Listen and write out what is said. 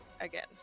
again